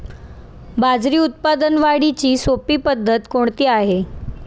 बाजरी उत्पादन वाढीची सोपी पद्धत कोणती आहे?